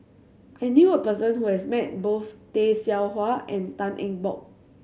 I knew a person who has met both Tay Seow Huah and Tan Eng Bock